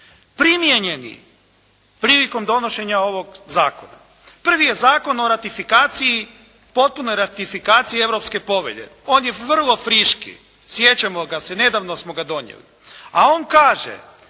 primijenjeni prilikom donošenja ovog zakona. Prvi je Zakon o ratifikaciji, potpunoj ratifikaciji Europske povelje. On je vrlo friški. Sjećamo ga se, nedavno smo ga donijeli, a on kaže: